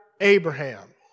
Abraham